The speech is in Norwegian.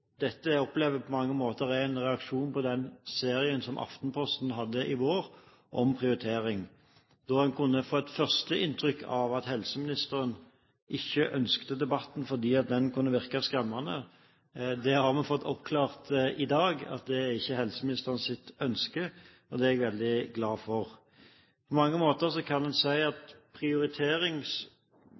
dette opplever jeg på mange måter er en reaksjon på den serien om prioritering som Aftenposten hadde i vår. Da kunne en få et førsteinntrykk av at helseministeren ikke ønsket debatten, fordi den kunne virke skremmende. Vi har fått oppklart i dag at det er ikke helseministerens ønske, og det er jeg veldig glad for. På mange måter kan en si at